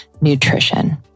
Nutrition